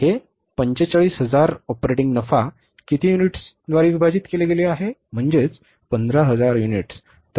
हे 45000 ऑपरेटिंग नफा किती युनिट्सद्वारे विभाजित केले गेले आहे म्हणजे 15000 युनिट्स